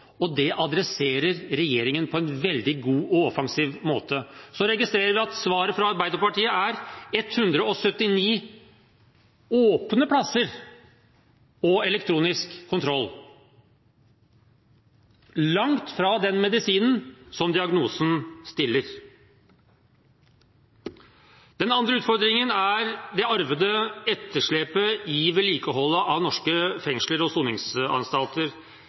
og det tar regjeringen tak i på en veldig god og offensiv måte. Så registrerer jeg at svaret fra Arbeiderpartiet er 179 åpne plasser og elektronisk kontroll – langt fra noen medisin ut fra diagnosen som stilles. Den andre utfordringen er det arvede etterslepet i vedlikeholdet av norske fengsler og soningsanstalter.